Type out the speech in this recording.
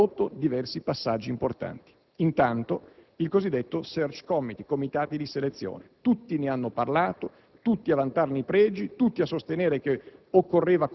Abbiamo introdotto diversi passaggi importanti. Intanto i cosiddetti *search* *committees*, comitati di selezione; tutti ne hanno parlato, tutti a vantarne i pregi, tutti a sostenere che